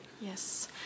Yes